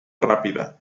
rápida